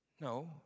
No